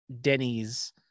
Denny's